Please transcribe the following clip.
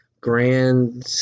grand